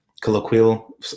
colloquial